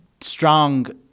strong